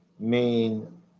main